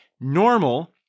Normal